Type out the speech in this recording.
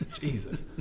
jesus